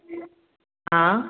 हा